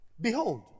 Behold